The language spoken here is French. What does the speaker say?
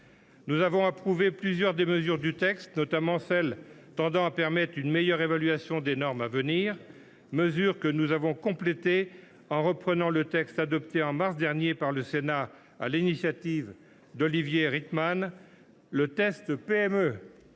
Nous avons approuvé plusieurs des mesures du texte, notamment une disposition visant une meilleure évaluation des normes à venir que nous avons complétée en reprenant le texte adopté au mois de mars dernier par le Sénat, sur l’initiative d’Olivier Rietmann. Le test PME